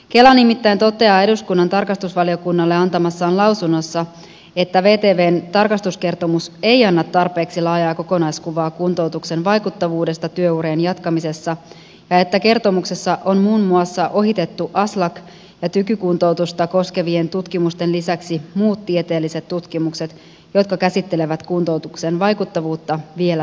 kela nimittäin toteaa eduskunnan tarkastusvaliokunnalle antamassaan lausunnossa että vtvn tarkastuskertomus ei anna tarpeeksi laajaa kokonaiskuvaa kuntoutuksen vaikuttavuudesta työurien jatkamisessa ja että kertomuksessa on muun muassa ohitettu aslak ja tyk kuntoutusta koskevien tutkimusten lisäksi muut tieteelliset tutkimukset jotka käsittelevät kuntoutuksen vaikuttavuutta vielä laajemmin